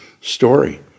story